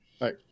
right